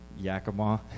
Yakima